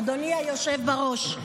אדוני היושב-ראש,